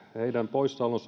poissaolot